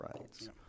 rights